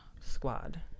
Squad